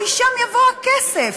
משם יבוא הכסף.